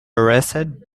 arrested